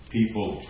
People